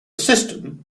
system